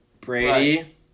Brady